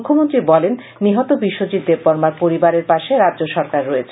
মুখ্যমন্ত্রী বলেন নিহত বিশ্বজিৎ দেববর্মার পরিবারের পাশে রাজ্য সরকার রয়েছে